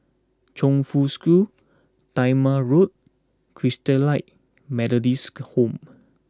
Chongfu School Talma Road Christalite Methodist Home